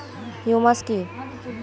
Humus কি?